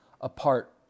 apart